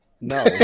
No